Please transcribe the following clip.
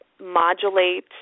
modulate